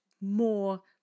more